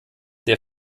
der